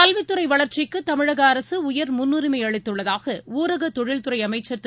கல்வித்துறைவளர்ச்சிக்குதமிழகஅரசுஉயர் முன்றரிமைஅளித்துள்ளதாகஊரகதொழில்துறைஅமைச்சர் திரு